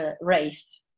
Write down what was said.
race